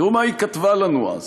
תראו מה היא כתבה לנו אז: